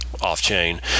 off-chain